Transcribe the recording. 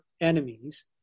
enemies